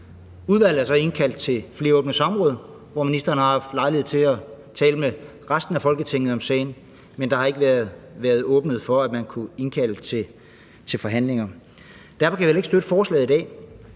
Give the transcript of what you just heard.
Udvalget er så indkaldt til flere åbne samråd, hvor ministeren har haft lejlighed til at tale med resten af Folketinget om sagen, men der har ikke været åbnet for, at man kunne indkalde til forhandlinger. Derfor kan vi heller ikke støtte forslaget i dag.